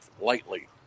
lightly